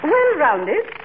Well-rounded